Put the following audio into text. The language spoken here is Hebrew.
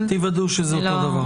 תוודאו שזה אותו דבר.